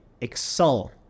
excel